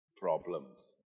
Problems